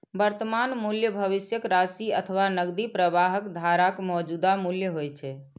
वर्तमान मूल्य भविष्यक राशि अथवा नकदी प्रवाहक धाराक मौजूदा मूल्य होइ छै